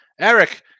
Eric